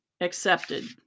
accepted